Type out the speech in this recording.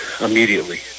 immediately